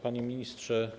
Panie Ministrze!